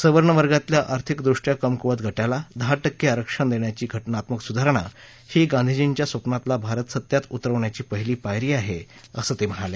सवर्ण वर्गातल्या आर्थिकदृष्ट्या कमकुवत गटाला दहा टक्के आरक्षण देण्याची घटनात्मक सुधारणा ही गांधीजींच्या स्वप्नातला भारत सत्यात उतरवण्याची पहिली पायरी आहे असंही ते म्हणाले